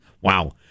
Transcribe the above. Wow